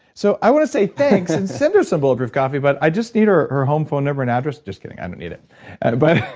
so i want to say thanks and send her some bulletproof coffee, but i just need her her home phone number and address just kidding, i don't need it but